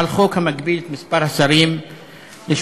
על חוק המגביל את מספר השרים ל-18.